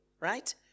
right